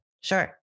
Sure